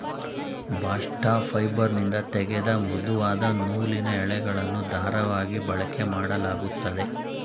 bast ಫೈಬರ್ನಿಂದ ತೆಗೆದ ಮೃದುವಾದ ನೂಲಿನ ಎಳೆಗಳನ್ನು ದಾರವಾಗಿ ಬಳಕೆಮಾಡಲಾಗುತ್ತದೆ